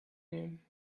nehmen